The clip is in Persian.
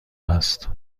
است